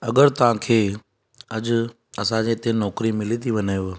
अगरि तव्हांखे अॼु असांजे हिते नौकिरी मिली थी वञेव